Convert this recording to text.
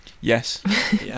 Yes